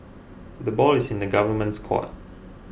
the ball is in the government's court